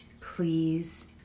please